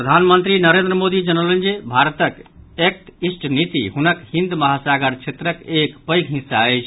प्रधानमंत्री नरेन्द्र मोदी जनौलनि जे भारतक एक्ट ईस्ट नीति हुनक हिन्द महासागर क्षेत्रक एक पैघ हिस्सा अछि